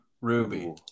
Ruby